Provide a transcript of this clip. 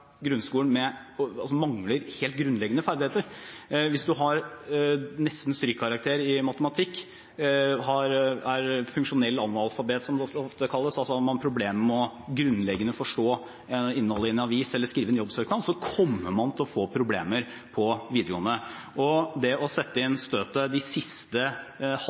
grunnskolen og mangler helt grunnleggende ferdigheter. Hvis man har nesten strykkarakter i matematikk, er funksjonell analfabet, som det ofte kalles – altså at man har problemer med grunnleggende å forstå innholdet i en avis eller å skrive en jobbsøknad – kommer man til å få problemer på videregående. Det å sette inn støtet det siste